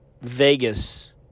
Vegas